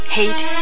hate